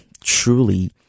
truly